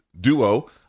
duo